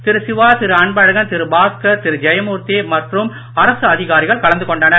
திரு சிவா திரு அன்பழகன் திரு பாஸ்கர் திரு ஜெயமூர்த்தி மற்றும் அரசு அதிகாரிகள் கலந்து கொண்டனர்